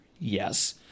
yes